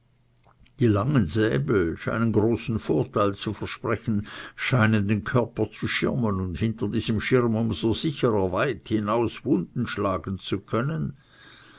die langen säbel scheinen großen vorteil zu versprechen scheinen den körper zu schirmen und hinter diesem schirm um so sicherer weit hinaus wunden schlagen zu können